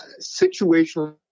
situational